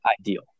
ideal